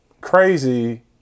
crazy